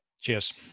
Cheers